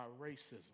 racism